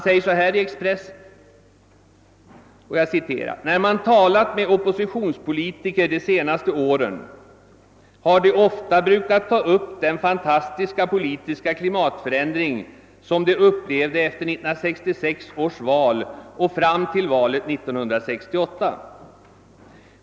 I Expressen skrevs sålunda följande: »När man talat med oppositionspolitiker de senaste åren har de ofta brukat ta upp den fantastiska politiska klimatförändring som de upplevde efter 1966 års val och fram till valet 1968.